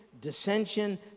Dissension